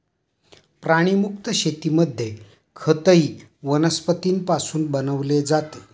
प्राणीमुक्त शेतीमध्ये खतही वनस्पतींपासून बनवले जाते